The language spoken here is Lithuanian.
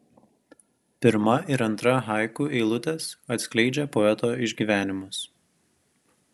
pirma ir antra haiku eilutės atskleidžia poeto išgyvenimus